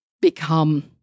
become